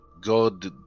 god